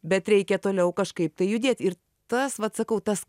bet reikia toliau kažkaip tai judėt ir tas vat sakau tas